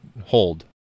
hold